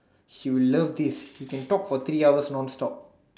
he will love this he can talk for three hours non stop